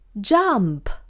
jump